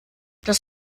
das